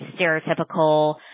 stereotypical